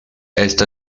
esta